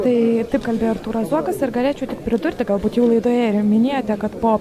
tai taip kalbėjo artūras zuokas ir galėčiau tik pridurti galbūt jau laidoje minėjote kad po